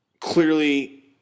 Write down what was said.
clearly